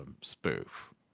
spoof